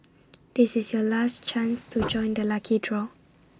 this is your last chance to join the lucky draw